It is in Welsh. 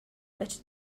fedri